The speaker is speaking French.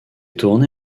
tourné